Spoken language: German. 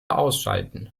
ausschalten